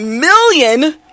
million